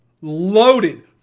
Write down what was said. Loaded